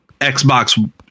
xbox